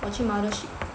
我去 Mothership